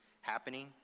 happening